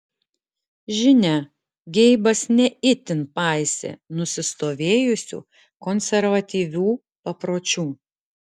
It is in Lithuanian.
žinia geibas ne itin paisė nusistovėjusių konservatyvių papročių